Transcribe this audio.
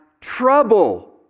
trouble